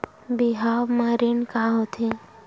बिहाव म ऋण का होथे?